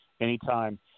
anytime